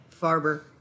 Farber